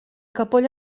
capoll